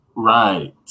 right